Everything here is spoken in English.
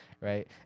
right